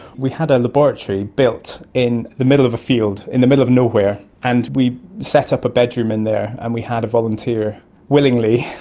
we had a laboratory built in the middle of a field, in the middle of nowhere, and we set up a bedroom in there and we had a volunteer willingly